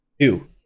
Two